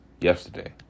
yesterday